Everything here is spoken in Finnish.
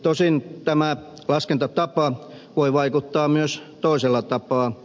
tosin tämä laskentatapa voi vaikuttaa myös toisella tapaa